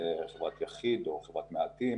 אם היא חברת יחיד או חברת מעטים,